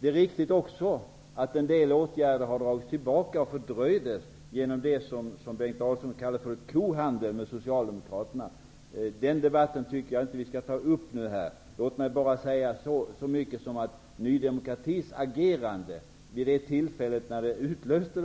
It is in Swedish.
Det är också riktigt att en del åtgärder har dragits tillbaka och fördröjts genom det som Bengt Dalström kallade för en kohandel med Socialdemokraterna. Jag tycker inte att vi skall ta upp den debatten här. Låt mig bara säga att Ny demokratis agerande när kriserna utlöstes